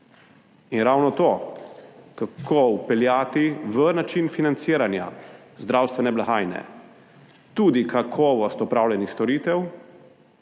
in ravno to kako vpeljati v način financiranja zdravstvene blagajne tudi kakovost opravljenih storitev,